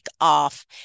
off